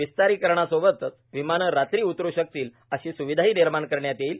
विस्तारीकरणासोबतच विमाने रात्री उतरू शकतील अशी सुविधाही निर्माण करण्यात येईल